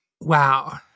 Wow